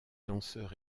danseur